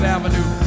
Avenue